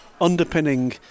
underpinning